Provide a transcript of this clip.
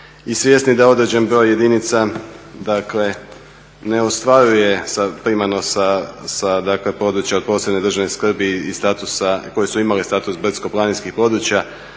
i svjesni da određen broje jedinica dakle ne ostvaruje primarno sa dakle područja od posebne državne skrbi i statusa, koje su imale status brdsko-planinskih područja